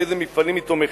באיזה מפעלים היא תומכת.